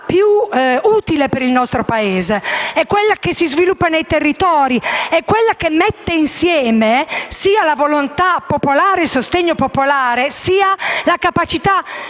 più utile per il nostro Paese: quella che si sviluppa nei territori, che mette insieme sia la volontà e il sostegno popolari sia la capacità